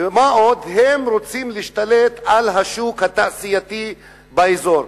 ומה עוד שהם רוצים להשתלט על השוק התעשייתי באזור.